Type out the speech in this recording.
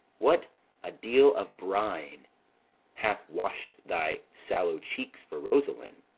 what a deal of brine hath wash'd thy sallow cheeks for rosaline!